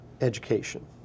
education